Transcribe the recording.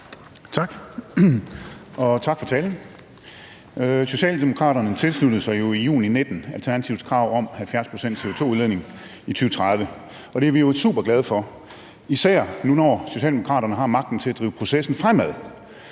Tak, og tak for talen. Socialdemokraterne tilsluttede sig i juni 2019 Alternativets krav om 70 pct. CO2-reduktion i 2030, og det er vi jo super glade for, især nu hvor Socialdemokraterne har magten til at drive processen fremad.